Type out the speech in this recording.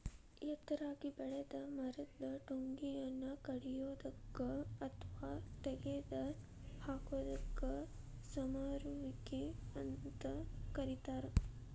ಎತ್ತರಾಗಿ ಬೆಳೆದ ಮರದ ಟೊಂಗಿಗಳನ್ನ ಕಡಿಯೋದಕ್ಕ ಅತ್ವಾ ತಗದ ಹಾಕೋದಕ್ಕ ಸಮರುವಿಕೆ ಅಂತ ಕರೇತಾರ